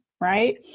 right